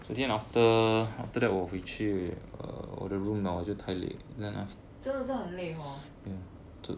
真的是很累 hor